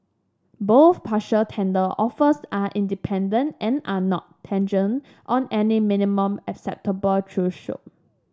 both partial tender offers are independent and are not contingent on any minimum acceptance threshold